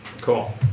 Cool